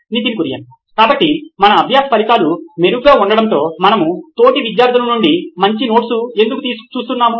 Nitin Kurian COO నోయిన్ electronics కాబట్టి మన అభ్యాస ఫలితాలు మెరుగ్గా ఉండటంతో మనము తోటి విద్యార్ధులు నుండి మంచి నోట్స్ కోసం ఎందుకు చూస్తున్నాము